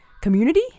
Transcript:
community